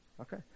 Okay